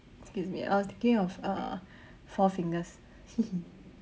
excuse me I was thinking of uh four fingers